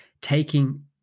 taking